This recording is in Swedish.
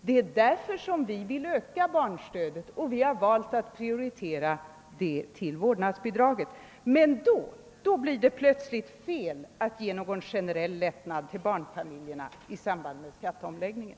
Det är därför vi vill öka barnstödet, och vi har valt att prioritera det till vårdbidraget. Men då blir det plötsligt fel att ge någon generell lättnad åt barnfamiljerna i samband med skatteomläggningen.